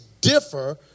differ